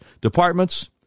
departments